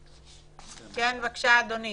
בבקשה, אדוני.